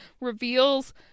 reveals